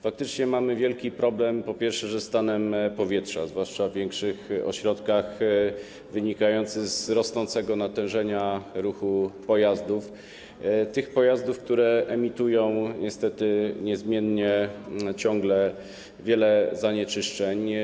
Faktycznie mamy wielki problem przede wszystkim ze stanem powietrza, zwłaszcza w większych ośrodkach, wynikający z rosnącego natężenia ruchu pojazdów, tych pojazdów, które emitują niestety niezmiennie ciągle wiele zanieczyszczeń.